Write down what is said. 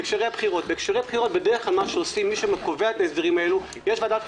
בהקשרי בחירות מה שעושים בדרך כלל,